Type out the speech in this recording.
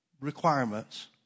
requirements